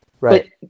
Right